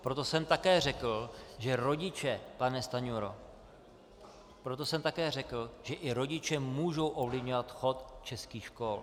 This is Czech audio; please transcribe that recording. Proto jsem také řekl, že rodiče, pane Stanjuro, proto jsem také řekl, že i rodiče můžou ovlivňovat chod českých škol.